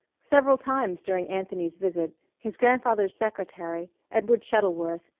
several times during anthony's visit his grandfather's secretary, edward shuttleworth,